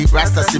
Rasta